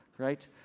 Right